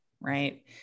right